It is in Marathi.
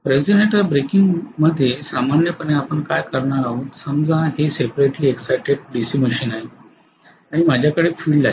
रीजनरेटर ब्रेकिंगमध्ये सामान्यपणे आपण काय करणार आहोतसमजा हे सेपरेटली इक्साइटड डीसी मशीन आहे आणि माझ्याकडे येथे फील्ड आहे